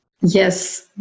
yes